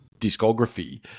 discography